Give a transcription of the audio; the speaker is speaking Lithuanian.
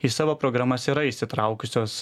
į savo programas yra įsitraukusios